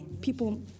people